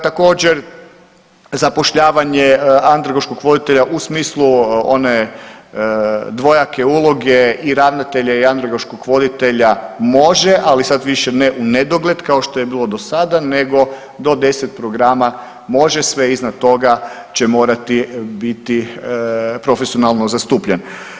Također, zapošljavanje andragoškog voditelja u smislu one dvojake uloge i ravnatelja i andragoškog roditelja može, ali sad više ne u nedogled kao što je bilo do sada, nego do 10 programa može, sve iznad toga će morati biti profesionalno zastupljen.